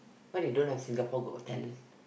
why they don't have Singapore's-Got-Talent